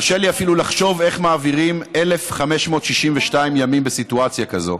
קשה לי אפילו לחשוב איך מעבירים 1,562 ימים בסיטואציה כזו,